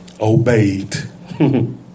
obeyed